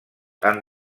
han